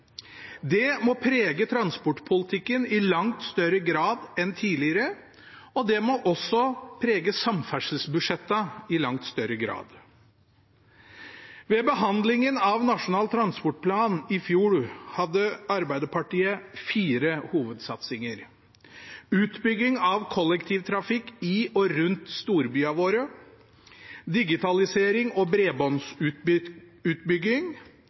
Det må prege transportpolitikken i langt større grad enn tidligere, og det må også prege samferdselsbudsjettene i langt større grad. Ved behandlingen av Nasjonal transportplan i fjor hadde Arbeiderpartiet fire hovedsatsinger: utbygging av kollektivtrafikk i og rundt storbyene våre digitalisering og